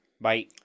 Bye